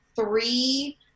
three